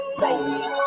baby